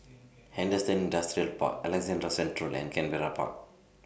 Henderson Industrial Park Alexandra Central and Canberra Park